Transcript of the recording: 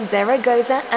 Zaragoza